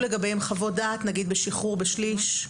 לגביהם חוות דעת נגיד בשחרור בשליש.